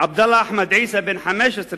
עבדאללה אחמד עיסא, בן 15,